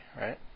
right